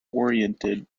oriented